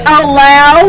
allow